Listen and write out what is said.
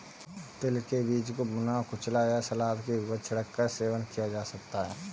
तिल के बीज को भुना, कुचला या सलाद के ऊपर छिड़क कर सेवन किया जा सकता है